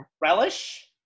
Relish